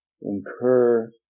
incur